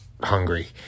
hungry